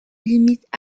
limitent